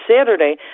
Saturday